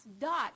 dot